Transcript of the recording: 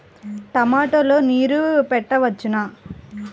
టమాట లో నీరు పెట్టవచ్చునా?